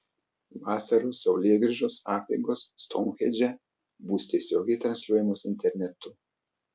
vasaros saulėgrįžos apeigos stounhendže bus tiesiogiai transliuojamos internetu